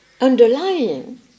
underlying